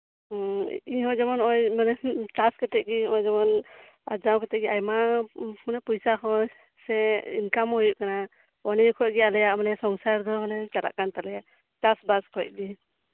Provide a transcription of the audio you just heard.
ᱦᱮᱸ ᱤᱧ ᱦᱚᱸ ᱡᱮᱢᱚᱱ ᱱᱚᱜ ᱚᱭ ᱢᱟᱱᱮ ᱪᱟᱥ ᱠᱟᱛᱮᱜ ᱜᱮ ᱱᱚ ᱚᱭ ᱡᱮᱢᱚᱱ ᱟᱨᱡᱟᱣ ᱠᱟᱛᱮᱫ ᱜᱮ ᱟᱭᱢᱟ ᱢᱟᱱᱮ ᱯᱚᱭᱥᱟ ᱦᱚᱸ ᱥᱮ ᱤᱱᱠᱟᱢ ᱦᱚᱸ ᱦᱩᱭᱩᱜ ᱠᱟᱱᱟ ᱚᱱᱮ ᱠᱷᱚᱡ ᱜᱮ ᱟᱞᱮᱭᱟᱜ ᱥᱚᱝᱥᱟᱨ ᱫᱚ ᱵᱚᱞᱮ ᱪᱟᱞᱟᱜ ᱠᱟᱱ ᱛᱟᱞᱮᱭᱟ ᱪᱟᱥ ᱵᱟᱥ ᱠᱷᱚᱡ ᱜᱮ